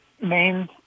main